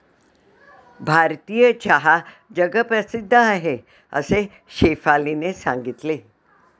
भारतीय चहा जगप्रसिद्ध आहे असे शेफालीने सांगितले